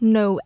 no